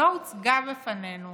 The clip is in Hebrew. לא הוצגה בפנינו